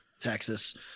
texas